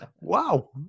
Wow